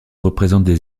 représentent